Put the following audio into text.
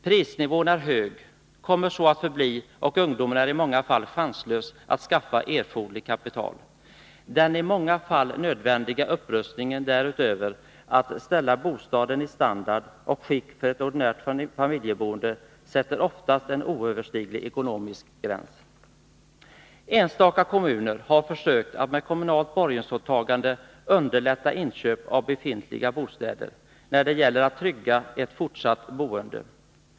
Prisnivån är hög, kommer så att förbli, och ungdomen är i många fall chanslös att skaffa erforderligt kapital. Den i många fall nödvändiga upprustningen därutöver för att ställa bostaden i standard och skick för ett ordinärt familjeboende Nr 119 sätter oftast en oöverstiglig ekonomisk gräns. Torsdagen den Enstaka kommuner har försökt att med kommunalt borgensåtagande 14 april 1983 underlätta inköp av befintliga bostäder när det gäller att trygga ett fortsatt boende.